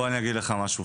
בוא אני אגיד לך משהו,